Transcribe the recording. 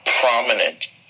prominent